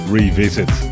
revisit